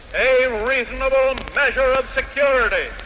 a reasonable measure of security.